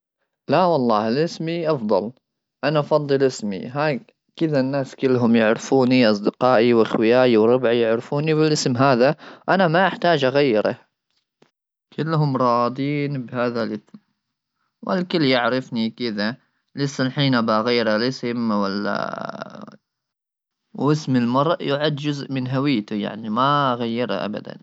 لا والله الاسم افضل انا افضل اسمي هاي كذا الناس كلهم يعرفوني اصدقائي واخوي وربعي يعرفوني بالاسم هذا انا ما احتاج اغيره كلهم راضين بهذا الاسم والكل يعرفني كذا لسه الحين بغير الاسم ولا واسم المرء يعد جزء من هويته يعني ما غيرها.